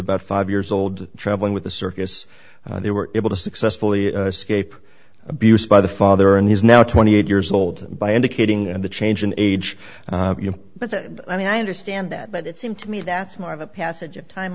about five years old traveling with the circus they were able to successfully scape abuse by the father and he's now twenty eight years old by indicating and the change in age but i mean i understand that but it seem to me that's more of a passage of time